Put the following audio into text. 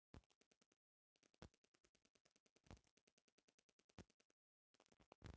अब आटा, दाल या चाउर भी ई कॉमर्स वेबसाइट पर मिल जाइ